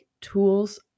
tools